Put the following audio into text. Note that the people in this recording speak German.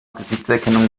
gesichtserkennung